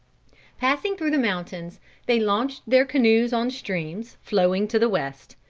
passing through the mountains they launched their canoes on streams flowing to the west,